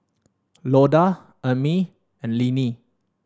Loda Amie and Linnie